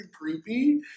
creepy